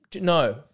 no